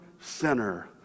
sinner